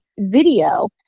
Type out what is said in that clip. video